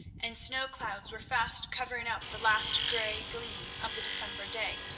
and snow clouds were fast covering up the last grey gleam of the december day,